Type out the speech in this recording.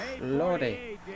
Lordy